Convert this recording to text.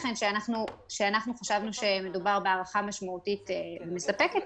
חשבנו שמדובר בהארכה משמעותית מספקת,